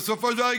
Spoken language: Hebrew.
בסופו של דבר,